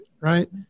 right